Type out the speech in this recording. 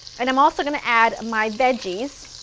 and i'm also going to add my veggies,